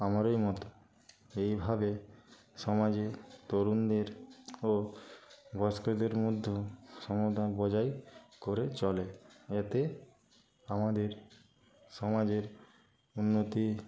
আমারই মতো এইভাবে সমাজে তরুণদের ও বয়স্কদের মধ্যেও সমতা বজায় করে চলে এতে আমাদের সমাজের উন্নতি